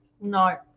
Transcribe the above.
No